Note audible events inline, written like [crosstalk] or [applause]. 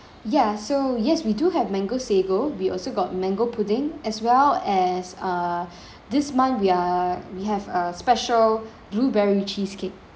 ya so yes we do have mango sago we also got mango pudding as well as err [breath] this month we are we have a special blueberry cheesecake